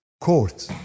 court